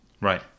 Right